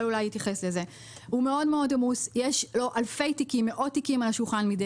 יש לו אלפי ומאות תיקים מאוד יום.